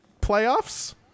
playoffs